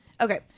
Okay